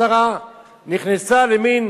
השרה נכנסה למין